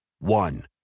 One